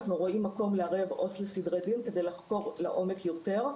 אנחנו רואים מקום לערב עובדת סוציאלית לסדרי דין כדי לחקור לעומק יותר.